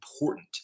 important